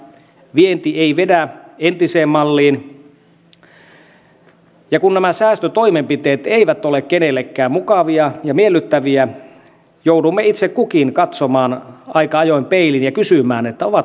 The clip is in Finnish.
vienti ei vedä entiseen malliin ja kun nämä säästötoimenpiteet eivät ole kenellekään mukavia ja miellyttäviä joudumme itse kukin katsomaan aika ajoin peiliin ja kysymään ovatko nämä välttämättömiä